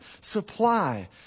supply